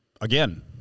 again